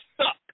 stuck